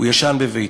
הוא ישן בביתו.